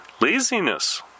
laziness